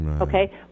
okay